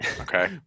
Okay